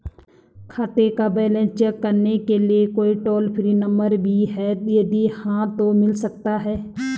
खाते का balance check करने के लिए कोई टॉल फ्री नम्बर भी है यदि हाँ तो मिल सकता है?